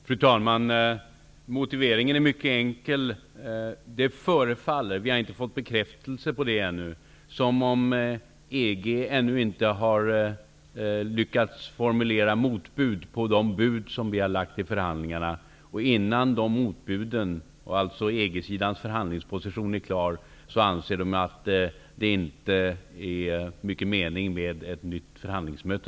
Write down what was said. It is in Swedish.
Fru talman! Motiveringen är mycket enkel. Vi har inte fått bekräftelse ännu, men det förefaller som om EG ännu inte har lyckats formulera motbud på de bud som vi har lagt fram i förhandlingarna. Innan de motbuden föreligger, dvs. innan EG sidans förhandlingsposition är klar, anser man att det inte är mycket mening med ett nytt förhandlingsmöte.